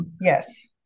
yes